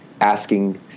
asking